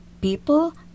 People